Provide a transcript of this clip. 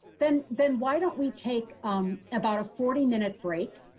then then why don't we take um about a forty minute break.